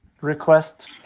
request